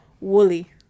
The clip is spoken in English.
Woolly